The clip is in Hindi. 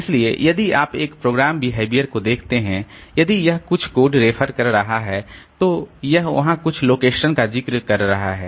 इसलिए यदि आप एक प्रोग्राम बिहेवियर को देखते हैं यदि यह कुछ कोड रेफर कर रहा है तो यह यहां कुछ लोकेशन का जिक्र कर रहा है